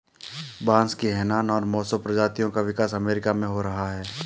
बांस की हैनान और मोसो प्रजातियों का विकास अमेरिका में हो रहा है